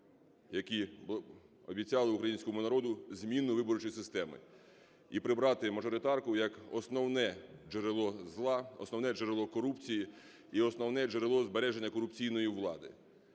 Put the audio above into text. які обіцяли українському народу зміну виборчої системи і прибрати мажоритарку як основне джерело зла, основне джерело корупції і основне джерело збереження корупційної влади.